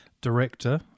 director